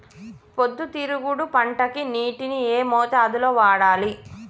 పొద్దుతిరుగుడు పంటకి నీటిని ఏ మోతాదు లో వాడాలి?